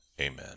Amen